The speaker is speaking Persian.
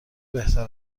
بهتر